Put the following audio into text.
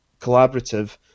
collaborative